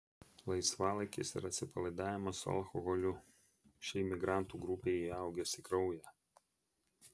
laisvalaikis ir atsipalaidavimas su alkoholiu šiai migrantų grupei įaugęs į kraują